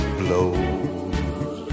blows